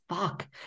Fuck